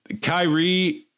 Kyrie